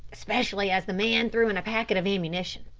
especially as the man threw in a packet of ammunition.